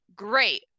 Great